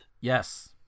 Yes